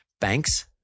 banks